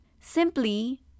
Simply